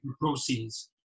proceeds